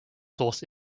source